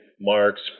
Mark's